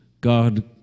God